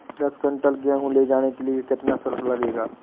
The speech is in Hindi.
दस कुंटल गेहूँ ले जाने के लिए कितना शुल्क लगेगा?